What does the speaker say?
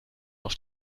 noch